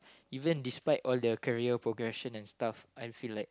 even despite all their career progression and stuff I feel like